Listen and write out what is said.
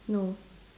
no